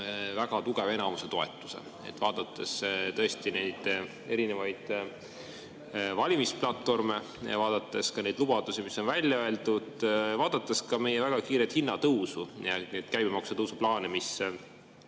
väga tugeva enamuse toetuse, vaadates tõesti neid valimisplatvorme ja vaadates ka neid lubadusi, mis on välja öeldud, vaadates ka meie väga kiiret hinnatõusu ja käibemaksutõusu plaane, mis